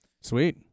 Sweet